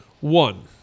One